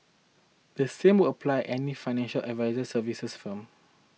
the same will apply any financial advisory services firm